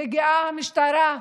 מגיעה המשטרה,